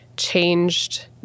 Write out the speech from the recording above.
changed